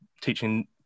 teaching